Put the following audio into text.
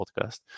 podcast